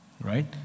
Right